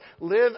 Live